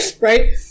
right